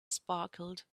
sparkled